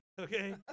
Okay